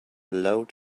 loud